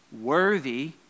Worthy